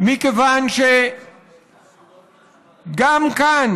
מכיוון שגם כאן,